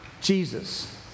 Jesus